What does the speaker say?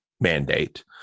mandate